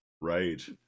right